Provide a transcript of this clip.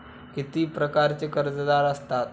किती प्रकारचे कर्जदार असतात